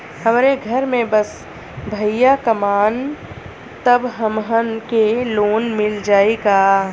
हमरे घर में बस भईया कमान तब हमहन के लोन मिल जाई का?